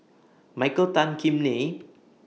Michael Tan Kim Nei